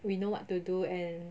we know what to do and